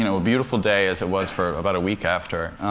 you know a beautiful day, as it was for about a week after,